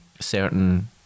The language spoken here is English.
certain